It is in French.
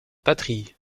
patrie